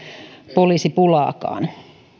poliisipulaa